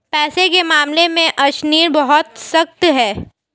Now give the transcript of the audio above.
पैसे के मामले में अशनीर बहुत सख्त है